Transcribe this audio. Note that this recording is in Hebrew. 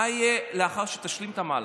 מה יהיה לאחר שתשלים את המהלך?